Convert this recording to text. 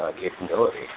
capability